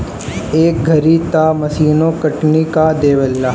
ए घरी तअ मशीनो कटनी कअ देवेला